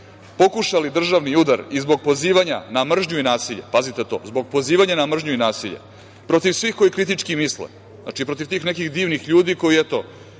pokušali državni udar i zbog pozivanja na mržnju i nasilje, pazite to, zbog pozivanja na mržnju i nasilje protiv svih koji kritički misle, znači protiv tih nekih divnih ljudi koji eto